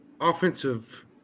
offensive